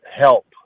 help